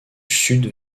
sud